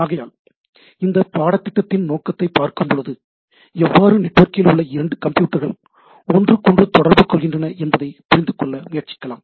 ஆகையால் நாம் இந்தப் பாடத்திட்டத்தின் நோக்கத்தை பார்க்கும் பொழுது எவ்வாறு நெட்வொர்க்கில் உள்ள இரண்டு கம்ப்யூட்டர்கள் ஒன்றுக்கொன்று தொடர்பு கொள்கின்றன என்பதை புரிந்து கொள்ள முயற்சிக்கலாம்